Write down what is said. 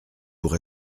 pour